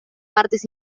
partes